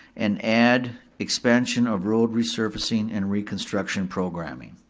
and add expansion of road resurfacing and reconstruction programming.